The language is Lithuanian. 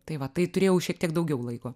tai va tai turėjau šiek tiek daugiau laiko